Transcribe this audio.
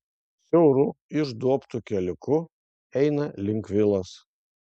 siauru išduobtu keliuku eina link vilos